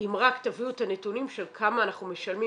אם רק תביאו את הנתונים של כמה אנחנו משלמים